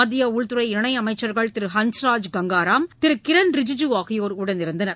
மத்தியஉள்துறை இணைஅமைச்சர்கள் திருஹன்ஸ்ராஜ் கங்காராம் அஹிர் திருகிரண் ரிஜிஜூ ஆகியோரும் உடனிருந்தனர்